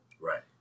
Right